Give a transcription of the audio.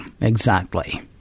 Exactly